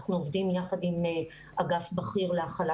אנחנו עובדים יחד עם אגף בכיר להכלה